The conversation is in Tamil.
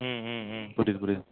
ம் ம் ம் புரியுது புரியுது